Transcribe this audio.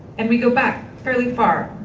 and we go back fairly far.